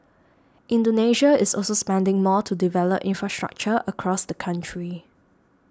Indonesia is also spending more to develop infrastructure across the country